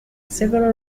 several